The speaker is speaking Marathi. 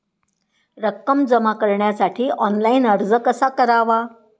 रक्कम जमा करण्यासाठी ऑनलाइन अर्ज कसा करावा?